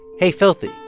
hey, filthy,